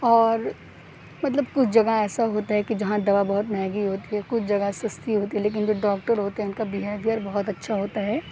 اور مطلب کچھ جگہ ایسا ہوتا ہے کہ جہاں دوا بہت مہنگی ہوتی ہے کچھ جگہ سستی ہوتی ہے لیکن جو ڈاکٹر ہوتے ہیں ان کا بہیویر بہت اچھا ہوتا ہے